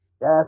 Yes